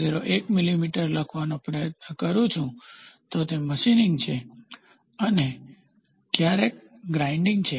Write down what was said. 01 millimetre લખવાનો પ્રયત્ન કરું છું તો તે મશીનિંગ છે અને ક્યારેક ગ્રાઇન્ડીંગ છે